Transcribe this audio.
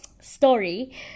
story